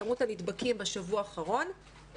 כמות הנדבקים בשבוע האחרון,